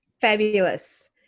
Fabulous